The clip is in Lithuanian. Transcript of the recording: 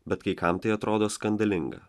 bet kai kam tai atrodo skandalinga